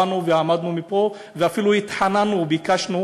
אנחנו באנו ועמדנו פה ואפילו התחננו וביקשנו: